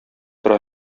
тора